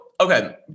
okay